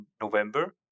November